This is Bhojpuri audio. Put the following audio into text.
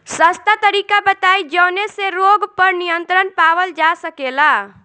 सस्ता तरीका बताई जवने से रोग पर नियंत्रण पावल जा सकेला?